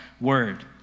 word